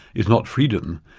is not freedom,